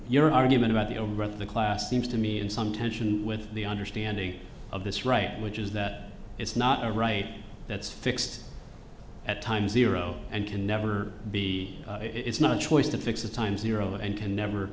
your argument about the owner of the class seems to me in some tension with the understanding of this right which is that it's not a right that's fixed at time zero and can never be it's not a choice to fix a time zero and can never